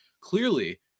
clearly